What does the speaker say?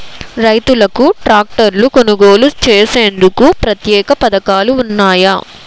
రైతులకు ట్రాక్టర్లు కొనుగోలు చేసేందుకు ప్రత్యేక పథకాలు ఉన్నాయా?